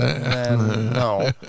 no